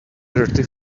dirty